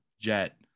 jet